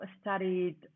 studied